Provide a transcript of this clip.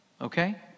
Okay